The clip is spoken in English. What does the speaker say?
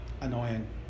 annoying